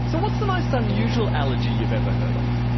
so what's the most unusual allergy you've ever heard of?